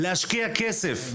להשקיע כסף,